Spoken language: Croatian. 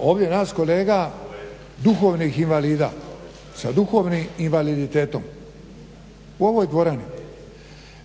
ovdje nas kolega duhovnih invalida, sa duhovnim invaliditetom u ovoj dvorani.